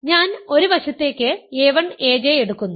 ഞാൻ ഒരു വശത്തേക്ക് a1 aj എടുക്കുന്നു